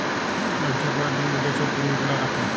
ব্যবছা ক্যরার জ্যনহে যে ছব পুঁজি গুলা রাখে